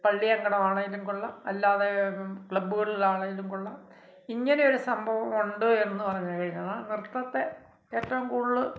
പള്ളി അങ്കണം ആണെങ്കിലും കൊള്ളാം അല്ലാതെ ഇപ്പം ക്ലബ്ബുകളിലാണെങ്കിലും കൊള്ളാം ഇങ്ങനെ ഒരു സംഭവം ഉണ്ട് എന്ന് പറഞ്ഞുകഴിഞ്ഞാൽ നൃത്തത്തെ ഏറ്റവും കൂടുതൽ